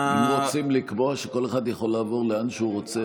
אם רוצים לקבוע שכל אחד יכול לעבור לאן שהוא רוצה,